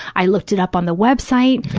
i looked it up on the web site.